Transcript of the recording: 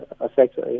affects